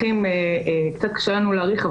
קצת קשה לנו להעריך,